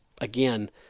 again